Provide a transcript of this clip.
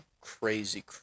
crazy